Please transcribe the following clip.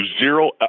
zero